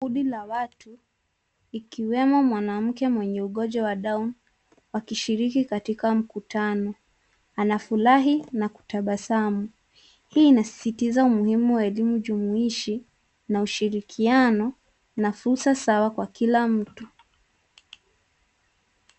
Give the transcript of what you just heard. Kundi la watu ikiwemo mwanamke mwenye ugonjwa wa Down wakishiriki katika mkutano anafurahi na kutabasamu. Hii inasisitiza umuhimu wa elimu jumuishi na ushirikiano na fursa sawa kwa kila mtu.